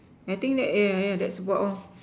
I think that ya ya that's what lah